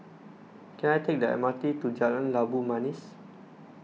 can I take the M R T to Jalan Labu Manis